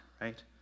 right